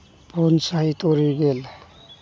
ᱯᱩᱱ ᱥᱟᱭ ᱛᱩᱨᱩᱭ ᱜᱮᱞ